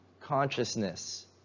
consciousness